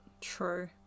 True